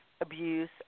abuse